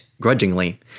grudgingly